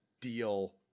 deal